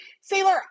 Sailor